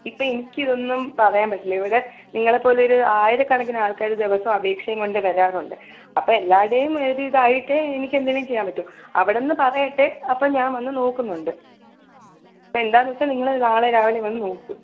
ഇപ്പ എനിക്കിതൊന്നും പറയാൻ പറ്റില്ല ഇവിടെ നിങ്ങളേപ്പോലൊരു ആയിരക്കണക്കിനാൾക്കാർ ദിവസോം അപേക്ഷയും കൊണ്ട് വരാറുണ്ട് അപ്പം എല്ലാവരുടെയും ഒരു ഇതായിട്ട് എനിക്കെന്തേലും ചെയ്യാൻ പറ്റു അവിടുന്ന് പറയട്ടെ അപ്പം ഞാൻ വന്ന് നോക്കുന്നുണ്ട് അപ്പം എന്താന്ന് വെച്ചാൽ നിങ്ങൾ നാളെ രാവിലെ വന്ന് നോക്ക്